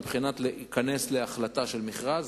מבחינת כניסה להחלטה של מכרז,